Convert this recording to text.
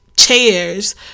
chairs